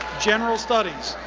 general studies.